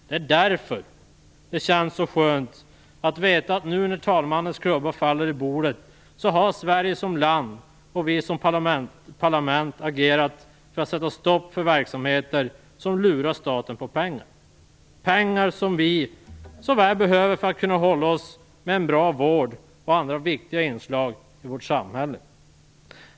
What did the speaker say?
Det känns därför skönt att veta att när talmannens klubba om en stund faller har Sverige som land och vi som parlament agerat för att sätta stopp för en verksamhet som lurar staten på pengar - pengar som vi så väl behöver för att kunna hålla oss med en bra vård och annat som vi finner viktigt i vårt samhälle.